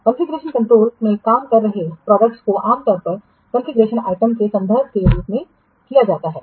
configuration control में काम कर रहे उत्पादों को आमतौर पर कॉन्फ़िगरेशन आइटम के संदर्भ के रूप में किया जाता है